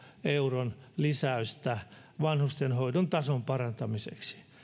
euron lisäystä vanhustenhoidon tason parantamiseksi